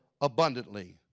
abundantly